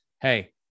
Hey